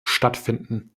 stattfinden